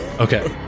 Okay